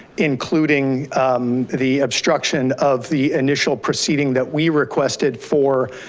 including the obstruction of the initial proceeding that we requested for